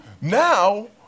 Now